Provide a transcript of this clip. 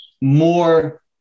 more